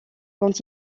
quand